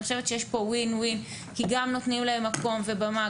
אני חושבת שיש כאן וין-וין כי גם נותנים להם מקום ובמה,